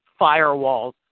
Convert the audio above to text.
firewalls